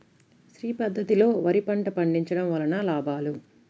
శ్రీ పద్ధతిలో వరి పంట పండించడం వలన లాభాలు?